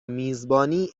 میزبانی